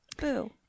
boo